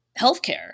healthcare